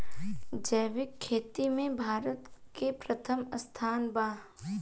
जैविक खेती में भारत के प्रथम स्थान बा